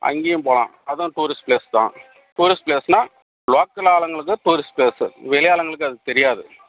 அங்கேயும் போகலாம் அதுவும் டூரிஸ்ட் ப்ளேஸ் தான் டூரிஸ்ட் ப்ளேஸ்னால் லோக்கல் ஆளுங்களுக்கு டூரிஸ்ட் ப்ளேஸ்ஸு வெளி ஆளுங்களுக்கு அது தெரியாது